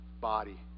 body